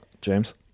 James